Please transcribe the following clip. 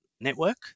Network